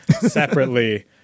separately